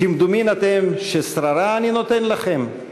"כמדומין אתם ששררה אני נותן לכם?